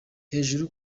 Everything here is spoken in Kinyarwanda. hejuru